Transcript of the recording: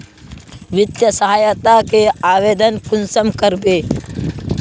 वित्तीय सहायता के आवेदन कुंसम करबे?